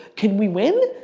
can we win?